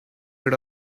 rid